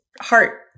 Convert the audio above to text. heart